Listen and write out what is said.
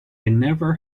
never